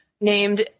named